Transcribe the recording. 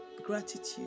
gratitude